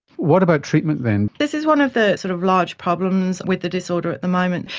what about treatment then? this is one of the sort of large problems with the disorder at the moment.